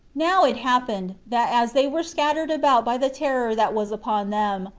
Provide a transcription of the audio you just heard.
now it happened, that as they were scattered about by the terror that was upon them,